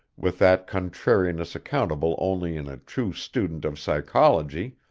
with that contrariness accountable only in a true student of psychology,